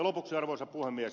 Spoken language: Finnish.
lopuksi arvoisa puhemies